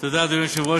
אדוני היושב-ראש,